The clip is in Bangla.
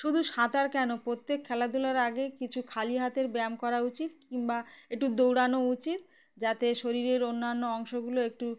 শুধু সাঁতার কেন প্রত্যেক খেলাধুলার আগে কিছু খালি হাতের ব্যায়াম করা উচিত কিংবা একটু দৌড়ানো উচিত যাতে শরীরের অন্যান্য অংশগুলো একটু